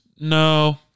No